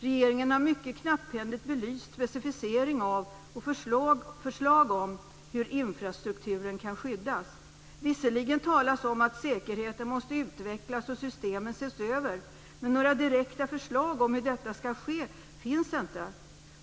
Regeringen har mycket knapphändigt belyst specificering av och förslag om hur infrastrukturen kan skyddas. Visserligen talas det om att säkerheten måste utvecklas och systemen ses över, men några direkta förslag om hur detta skall ske finns inte.